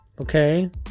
okay